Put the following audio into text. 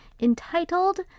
entitled